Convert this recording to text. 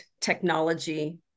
technology